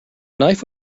knife